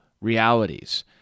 realities